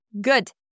Good